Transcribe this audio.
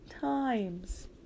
times